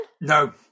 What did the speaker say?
No